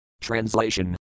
Translation